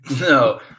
no